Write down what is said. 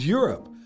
Europe